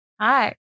hi